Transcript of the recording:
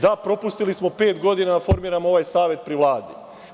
Da – propustili smo pet godina da formiramo ovaj savet pri Vladi.